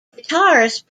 guitarist